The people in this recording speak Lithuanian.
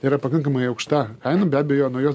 tai yra pakankamai aukšta kaina be abejo nuo jos